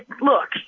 Look